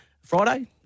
Friday